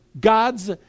God's